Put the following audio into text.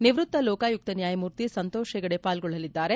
ನಿವ್ವತ್ತ ಲೋಕಾಯುಕ್ತ ನ್ಯಾಯಮೂರ್ತಿ ಸಂತೋಷ್ ಹೆಗ್ಡೆ ಪಾಲ್ಗೊಳ್ಳಲಿದ್ದಾರೆ